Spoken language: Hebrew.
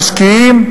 המשקיעים,